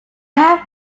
have